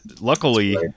luckily